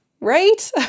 Right